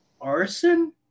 arson